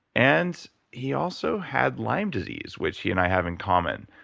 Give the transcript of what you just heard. and he also had lime disease which he and i have in common.